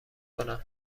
کنم